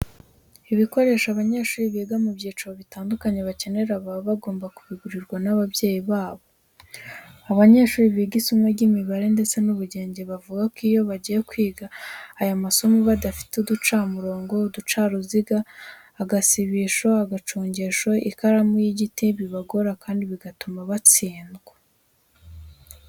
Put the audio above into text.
Ibikoresho abanyeshuri biga mu byiciro bitandukanye bakenera baba bagomba kubigurirwa n'ababyeyi babo. Abanyeshuri biga isomo ry'imibare ndetse n'ubugenge bavuga ko iyo bagiye kwiga aya masomo badafite uducamurongo, uducaruziga, agasibisho, agacongesho, ikaramu y'igiti bibagora kandi bigatuma batsindwa.